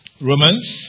Romans